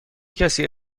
کسی